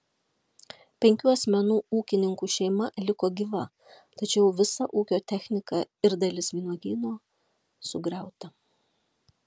penkių asmenų ūkininkų šeima liko gyva tačiau visa ūkio technika ir dalis vynuogyno sugriauta